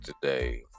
today